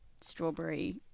strawberry